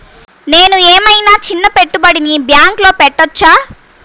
నేను ఏమయినా చిన్న పెట్టుబడిని బ్యాంక్లో పెట్టచ్చా?